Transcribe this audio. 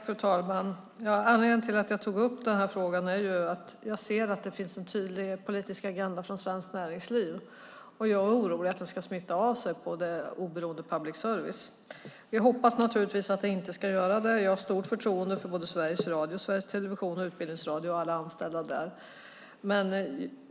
Fru talman! Anledningen till att jag tog upp den här frågan är att jag ser att det finns en tydlig politisk agenda från Svenskt Näringsliv, och jag är orolig att den ska smitta av sig på det oberoende public service. Vi hoppas naturligtvis att den inte ska göra det. Jag har stort förtroende för både Sveriges Radio, Sveriges Television och Utbildningsradion och alla anställda där.